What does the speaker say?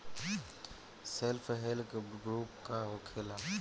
Self help group का होखेला?